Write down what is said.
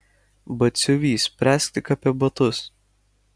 batsiuvy spręsk tik apie batus